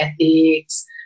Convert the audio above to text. ethics